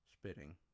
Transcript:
spitting